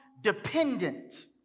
dependent